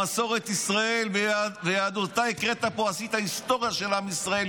במסורת ישראל והיהדות עשית פה היסטוריה של עם ישראל,